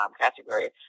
category